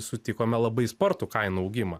sutikome labai spartų kainų augimą